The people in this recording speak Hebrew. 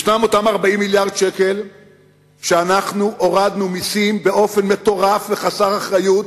ישנם אותם 40 מיליארד ש"ח שהורדנו מסים באופן מטורף וחסר אחריות,